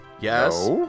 Yes